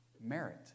merit